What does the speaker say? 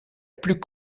plus